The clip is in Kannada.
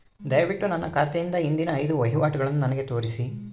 ದಯವಿಟ್ಟು ನನ್ನ ಖಾತೆಯಿಂದ ಹಿಂದಿನ ಐದು ವಹಿವಾಟುಗಳನ್ನು ನನಗೆ ತೋರಿಸಿ